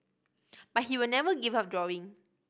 but he will never give up drawing